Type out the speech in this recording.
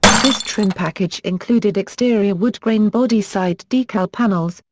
this trim package included exterior woodgrain body side decal panels,